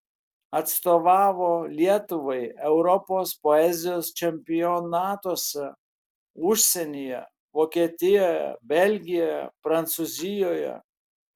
atstovavo lietuvai europos poezijos čempionatuose užsienyje vokietijoje belgijoje prancūzijoje